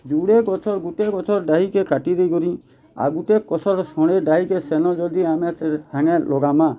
ଯୁଡ଼େ ଗଛ୍ ଗୁଟେ ଗଛର୍ ଡାହିକେ କାଟି ଦେଇ କରି ଆଉ ଗୁଟେ କଛର୍ ଖଣେ ଡ଼ାହିଁକେ ସେନ ଯଦି ଆମେ ସାଙ୍ଗେ ଲଗାମା